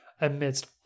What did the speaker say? amidst